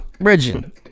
bridging